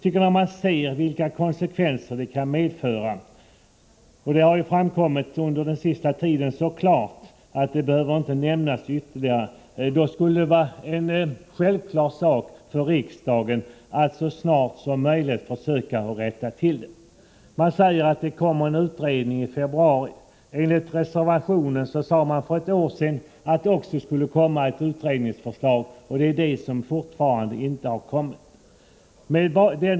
När man ser vilka konsekvenser som kan uppstå — det har framgått så klart under den senaste tiden att det inte behöver nämnas ytterligare — tycker jag att det borde vara en självklar sak för riksdagen att så snart som möjligt försöka rätta till bristerna. Man säger nu att det kommer en utredning i februari. Enligt reservationen sade man också för ett år sedan att det skulle komma ett utredningsförslag, men det har fortfarande inte kommit.